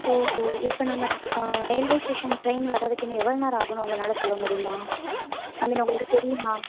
ஓஹோ இப்போ நம்ம ரயில்வே ஸ்டேஷனுக்கு ட்ரெயின் வரதுக்கு இன்னும் எவ்வளோ நேரம் ஆகும்னு உங்களால சொல்ல முடியுமா ஐ மீன் உங்களுக்கு தெரியுமா